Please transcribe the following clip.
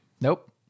Nope